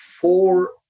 four